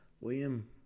William